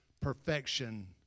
perfection